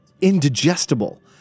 indigestible